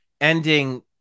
ending